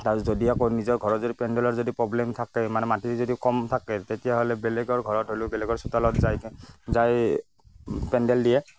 আৰু যদি আকৌ নিজৰ ঘৰত যদি পেণ্ডেলৰ যদি পব্লেম থাকে মানে মাটি যদি কম থাকে তেতিয়াহ'লে বেলেগৰ ঘৰত হলেও বেলেগৰ চোতালত যাই কি যাই পেণ্ডেল দিয়ে